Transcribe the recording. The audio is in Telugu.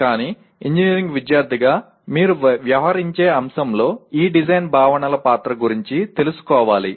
కానీ ఇంజనీరింగ్ విద్యార్థిగా మీరు వ్యవహరించే అంశంలో ఈ డిజైన్ భావనల పాత్ర గురించి తెలుసుకోవాలి